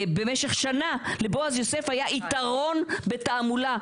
במשך שנה לבועז יוסף היה יתרון בתעמולה,